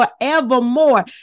forevermore